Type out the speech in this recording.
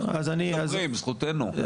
אנחנו מדברים זו זכותנו.